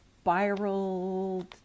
spiraled